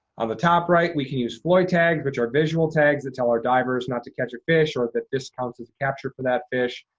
on the top right, we can use floy tags, which are visual tags that tell our divers not to catch a fish, or that this counts as capture for that fish.